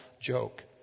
joke